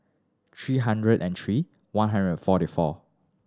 three hundred and three one hundred and forty four